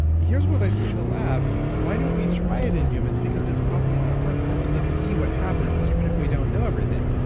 here's what i see in the lab, why don't we try it in humans, because it's probably not harmful. and let's see what happens even if we don't know everything.